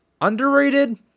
Underrated